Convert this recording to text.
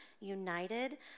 united